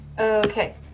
okay